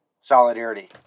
Solidarity